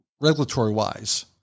regulatory-wise